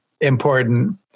important